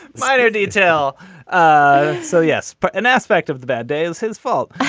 minor detail ah so yes but an aspect of the bad day is his fault